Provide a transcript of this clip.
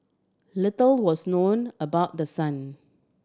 little was known about the son